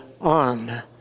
on